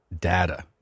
data